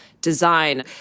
Design